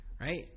Right